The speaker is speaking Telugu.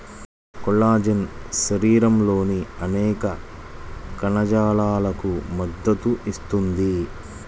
కొల్లాజెన్ శరీరంలోని అనేక కణజాలాలకు మద్దతు ఇస్తుంది